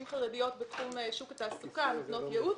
חרדיות בתחום שוק התעסוקה ונותנות ייעוץ.